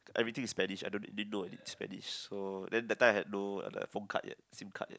everything is Spanish I don't didn't know any Spanish so then that time I have no phone card Sim card yet